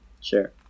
sure